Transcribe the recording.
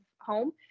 home